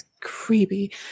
creepy